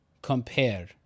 compare